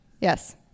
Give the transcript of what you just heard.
Yes